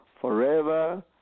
forever